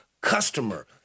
customer